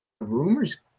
rumors